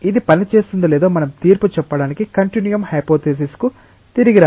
ఇది పనిచేస్తుందో లేదో మనం తీర్పు చెప్పడానికి కంటిన్యూయం హైపోతెసిస్ కు తిరిగి రావాలి